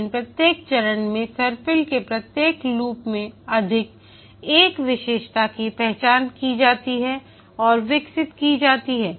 लेकिन प्रत्येक चरण में सर्पिल के प्रत्येक लूप से अधिक एक विशेषता की पहचान की जाती है और विकसित की जाती है